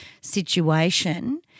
situation